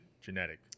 genetic